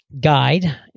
guide